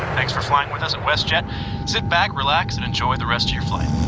thanks for flying with us at westjet sit back relax and enjoy the rest of your flight